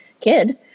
kid